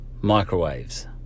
microwaves